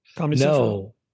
No